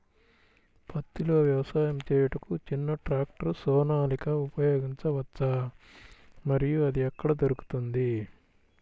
పత్తిలో వ్యవసాయము చేయుటకు చిన్న ట్రాక్టర్ సోనాలిక ఉపయోగించవచ్చా మరియు అది ఎక్కడ దొరుకుతుంది?